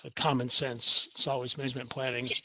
ah common sense, it's always management planning.